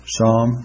Psalm